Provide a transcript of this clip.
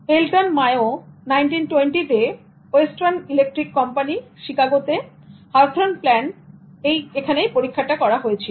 Elton Mayo in the 1920 তে Western Electric Coশিকাগোতে Hawthorne plan এ পরীক্ষাটা করা হয়েছিল